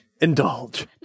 Indulge